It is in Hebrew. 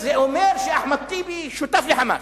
זה אומר שאחמד טיבי שותף ל"חמאס".